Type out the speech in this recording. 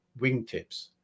wingtips